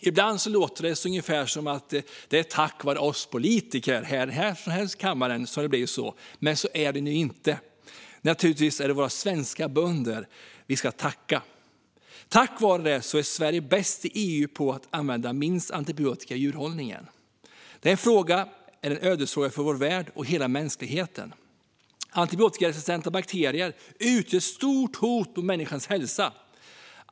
Ibland låter det ungefär som att det är tack vare oss politiker här i kammaren som det är så, men så är det inte. Naturligtvis är det våra svenska bönder som vi ska tacka. Tack vare dem är Sverige bäst i EU på att använda minst antibiotika i djurhållningen. Denna fråga är en ödesfråga för vår värld och hela mänskligheten. Antibiotikaresistenta bakterier utgör ett stort hot mot människors hälsa.